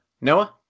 Noah